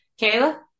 Kayla